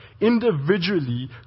Individually